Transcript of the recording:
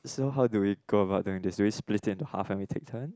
so how do we go about doing this we split into half and we take turns